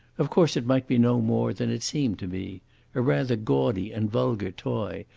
of course it might be no more than it seemed to be a rather gaudy and vulgar toy,